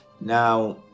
now